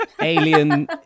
Alien